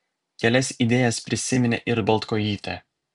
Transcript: kelias idėjas prisiminė ir baltkojytė